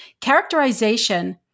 Characterization